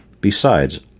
Besides